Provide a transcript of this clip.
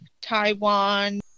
Taiwan